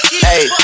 Hey